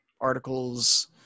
articles